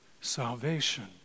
Salvation